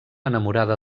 enamorada